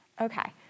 Okay